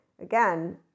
again